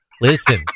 listen